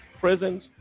prisons